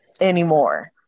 anymore